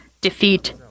defeat